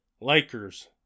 Lakers